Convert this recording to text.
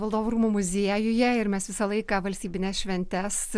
valdovų rūmų muziejuje ir mes visą laiką valstybines šventes